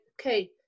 okay